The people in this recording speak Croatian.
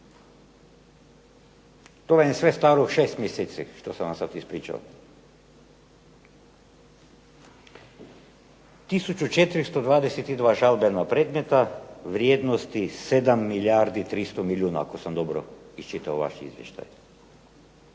vam je sve staro 6 mjeseci što sam vam sad ispričao. Tisuću 422 žalbena predmeta vrijednosti 7 milijardi 300 milijuna ako sam dobro iščitao vaš izvještaj.